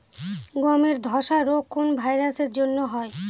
গমের ধসা রোগ কোন ভাইরাস এর জন্য হয়?